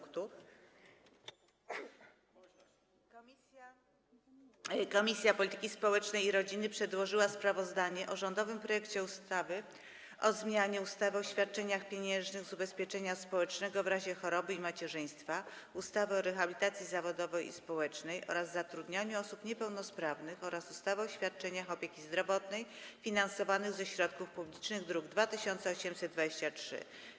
Komisja Polityki Społecznej i Rodziny przedłożyła sprawozdanie o rządowym projekcie ustawy o zmianie ustawy o świadczeniach pieniężnych z ubezpieczenia społecznego w razie choroby i macierzyństwa, ustawy o rehabilitacji zawodowej i społecznej oraz zatrudnianiu osób niepełnosprawnych oraz ustawy o świadczeniach opieki zdrowotnej finansowanych ze środków publicznych, druk nr 2823.